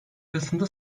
arasında